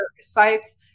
sites